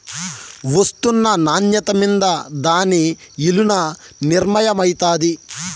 ఒస్తున్న నాన్యత మింద దాని ఇలున నిర్మయమైతాది